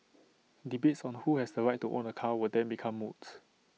debates on the who has the right to own A car would then become moot